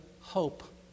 hope